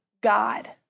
God